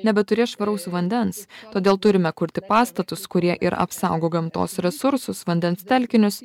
nebeturės švaraus vandens todėl turime kurti pastatus kurie ir apsaugo gamtos resursus vandens telkinius